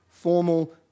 formal